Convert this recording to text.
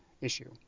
issue